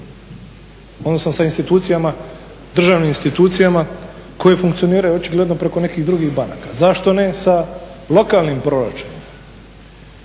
odnosno sa institucijama, državnim institucijama koje funkcioniraju očigledno preko nekih drugih banaka, zašto ne sa lokalnim proračunima,